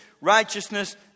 righteousness